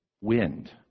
wind